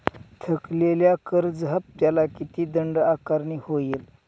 थकलेल्या कर्ज हफ्त्याला किती दंड आकारणी होईल?